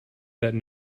that